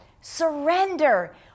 Surrender